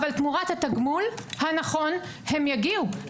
אבל תמורת התגמול הנכון הם יגיעו.